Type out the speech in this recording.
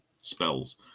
Spells